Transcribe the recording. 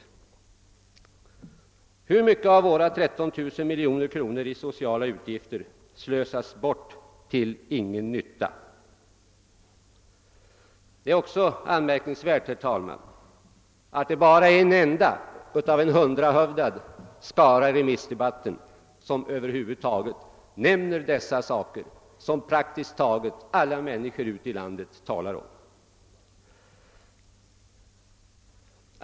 Hur mycket av våra 13 000 miljoner kronor i sociala utgifter slösas bort till ingen nytta? Det är också anmärkningsvärt, herr talman, att bara en enda i den hundrahövdade skaran av deltagare i remissdebatten nämner dessa saker, som praktiskt taget alla människor ute i landet talar om.